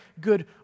good